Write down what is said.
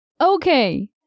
Okay